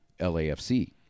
LAFC